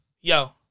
Yo